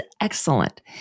excellent